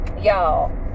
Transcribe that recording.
y'all